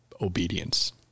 obedience